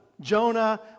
Jonah